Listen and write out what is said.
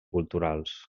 culturals